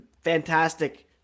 fantastic